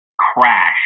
crash